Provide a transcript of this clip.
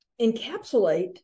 encapsulate